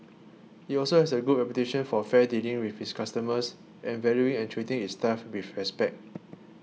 it also has a good reputation for fair dealing with its customers and valuing and treating its staff with respect